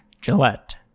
gillette